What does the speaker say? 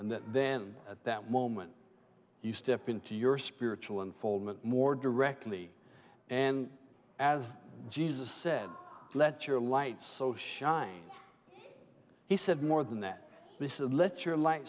that then at that moment you step into your spiritual unfoldment more directly and as jesus said let your light so shine he said more than that this is let your li